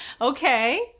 okay